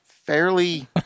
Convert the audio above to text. fairly